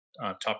top